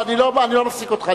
אני לא מפסיק אותך,